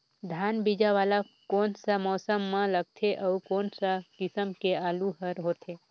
धान बीजा वाला कोन सा मौसम म लगथे अउ कोन सा किसम के आलू हर होथे?